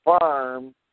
farm